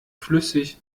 flüssig